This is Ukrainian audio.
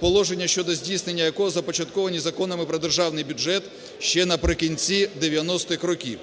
положення щодо здійснення якого започатковані Законами про державний бюджет ще наприкінці 90-х років.